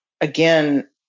again